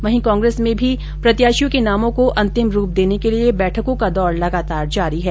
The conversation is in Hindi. वहीं कांग्रेस में भी प्रत्याशियों के नामों को अंतिम रूप देने के लिये बैठकों का दौर लगातार जारी है